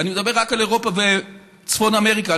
אני מדבר רק על אירופה וצפון אמריקה,